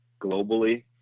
globally